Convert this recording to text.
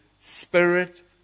spirit